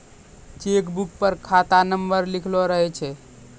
cheque book पर खाता number लिखलो रहै छै